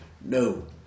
No